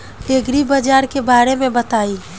एग्रीबाजार के बारे में बताई?